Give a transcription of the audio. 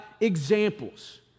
examples